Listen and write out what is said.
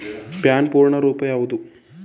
PAN ಪೂರ್ಣ ರೂಪ ಯಾವುದು?